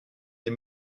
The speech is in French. des